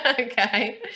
okay